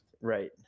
Right